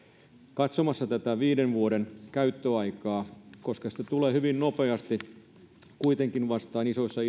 katsomassa tätä viiden vuoden käyttöaikaa koska tuo kolme vuotta tulee hyvin nopeasti kuitenkin vastaan isoissa